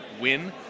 win